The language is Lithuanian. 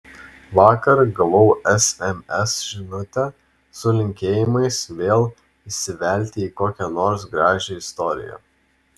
vakar gavau sms žinutę su linkėjimais vėl įsivelti į kokią nors gražią istoriją